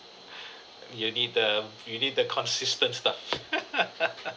you need the mm you need the consistent stuff